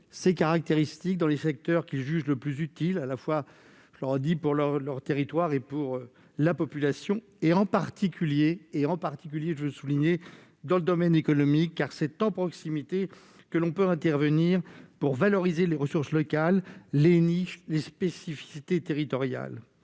ses caractéristiques dans les secteurs qu'il juge le plus utiles à la fois pour lui et pour sa population, en particulier, je veux le souligner, dans le domaine économique, car c'est en proximité que l'on peut intervenir pour valoriser les ressources locales, les spécificités territoriales.